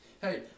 Hey